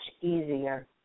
easier